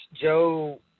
Joe